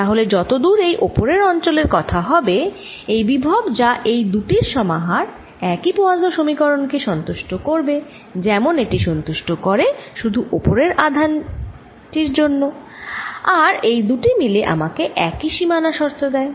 তাহলে যতদূর এই উপরের অঞ্চলের কথা হবে এই বিভব যা এই দুটির সমাহার একই পোয়াসোঁ সমীকরণ কে সন্তুষ্ট করবে যেমন এটি সন্তুষ্ট করে শুধু ওপরের আধান তেই জন্য আর এই দুটি মিলে আমাকে একই সীমানা শর্ত দেয়